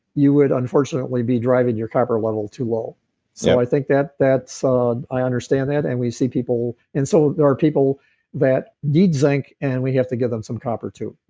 you would unfortunately be driving your copper level too low so, i think that's. ah and i understand that, and we see people. and so there are people that need zinc, and we have to give them some copper too.